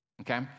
Okay